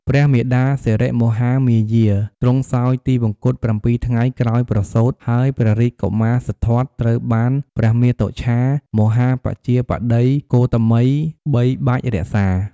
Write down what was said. ព្រះមាតាសិរិមហាមាយា ទ្រង់សោយទិវង្គត ៧ ថ្ងៃក្រោយប្រសូត ហើយព្រះរាជកុមារសិទ្ធត្ថត្រូវបានព្រះមាតុច្ឆាមហាបជាបតីគោតមីបីបាច់រក្សា។